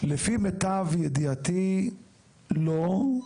לפי מיטב ידיעתי לא,